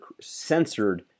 censored